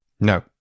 No